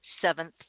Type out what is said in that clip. seventh